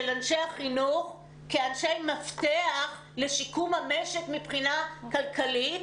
אנשי חינוך כאנשי מפתח לשיקום המשק מבחינה כלכלית,